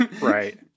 right